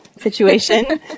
situation